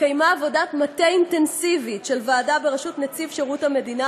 התקיימה עבודת מטה אינטנסיבית של ועדה בראשות נציב שירות המדינה